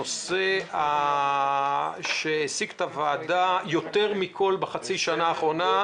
נדמה לי שזה הנושא שהעסיק את הוועדה יותר מכול בחצי השנה האחרונה,